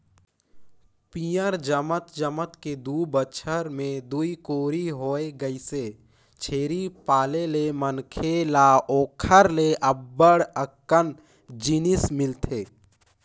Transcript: पियंर जमत जमत के दू बच्छर में दूई कोरी होय गइसे, छेरी पाले ले मनखे ल ओखर ले अब्ब्ड़ अकन जिनिस मिलथे